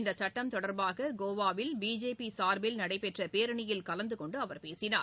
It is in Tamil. இந்த சுட்டம் தொடர்பாக கோவாவில் பிஜேபி சார்பில் நடைபெற்ற பேரணியில் கலந்தகொண்டு அவர் பேசினார்